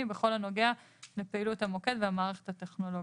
בכל הנוגע לפעילות המוקד והמערכת הטכנולוגית.